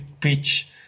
pitch